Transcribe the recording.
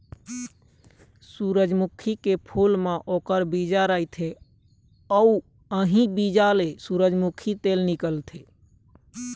सूरजमुखी के फूल म ओखर बीजा रहिथे अउ इहीं बीजा ले सूरजमूखी तेल निकलथे